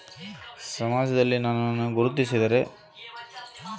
Social help ನನಗೆ ಬರುತ್ತೆ ಅಂತ ನನಗೆ ಹೆಂಗ ಗೊತ್ತಾಗುತ್ತೆ?